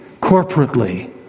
corporately